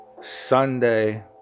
sunday